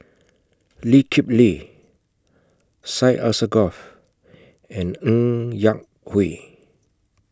Lee Kip Lee Syed Alsagoff and Ng Yak Whee